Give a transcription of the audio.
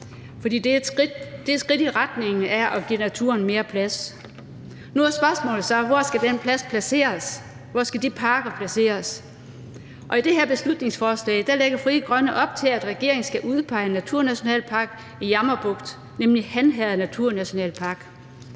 er et skridt i retningen af at give naturen mere plads. Nu er spørgsmålet så: Hvor skal de parker placeres? I det her beslutningsforslag lægger Frie Grønne op til, at regeringen skal udpege en naturnationalpark i Jammerbugt, nemlig Han Herred naturnationalpark.